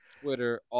Twitter